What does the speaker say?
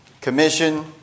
Commission